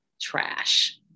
Trash